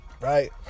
Right